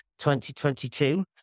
2022